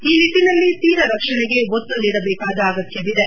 ಈ ನಿಟ್ಟಿನಲ್ಲಿ ತೀರ ರಕ್ಷಣೆಗೆ ಒತ್ತು ನೀಡಬೇಕಾದ ಅಗತ್ಯವಿದೆ